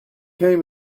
came